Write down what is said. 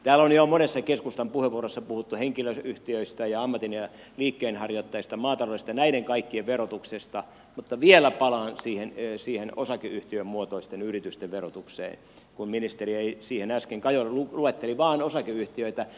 täällä on jo monessa keskustan puheenvuorossa puhuttu henkilöyhtiöistä ja ammatin ja liikkeenharjoittajista maataloudesta ja näiden kaikkien verotuksesta mutta vielä palaan siihen osakeyhtiömuotoisten yritysten verotukseen kun ministeri ei siihen äsken kajonnut luetteli vain osakeyhtiöitä